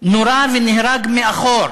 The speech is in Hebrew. נורה ונהרג מאחור